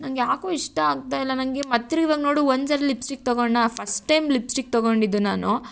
ನಂಗೆ ಯಾಕೋ ಇಷ್ಟ ಆಗ್ತಾಯಿಲ್ಲ ನನಗೆ ಮತ್ತೆ ಇವಾಗ ನೋಡು ಒಂದು ಸರಿ ಲಿಪ್ಸ್ಟಿಕ್ ತಗೊಂಡೆನಾ ಫಸ್ಟ್ ಟೈಮ್ ಲಿಪ್ಸ್ಟಿಕ್ ತಗೊಂಡಿದ್ದು ನಾನು